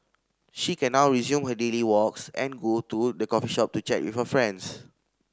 she can now resume her daily walks and go to the coffee shop to chat with friends